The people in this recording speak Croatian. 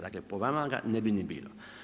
Dakle, po vama ga ne bi ni bilo.